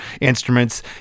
instruments